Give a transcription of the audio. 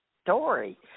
story